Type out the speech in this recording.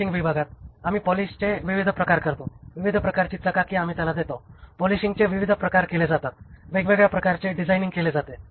finishing विभागात आम्ही पॉलिशचे विविध प्रकार करतो विविध प्रकारची चकाकी आम्ही त्याला देतो पॉलिशिंगचे विविध प्रकार केले जातात वेगवेगळ्या प्रकारचे डिझायनिंग केले जाते